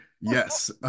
Yes